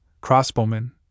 crossbowmen